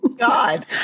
God